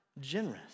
generous